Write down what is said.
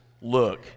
look